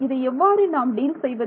இதை எவ்வாறு நாம் டீல் செய்வது